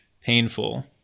painful